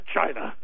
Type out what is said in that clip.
China